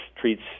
treats